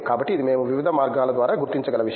కాబట్టి ఇది మేము వివిధ మార్గాల ద్వారా గుర్తించగల విషయం